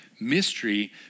mystery